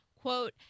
Quote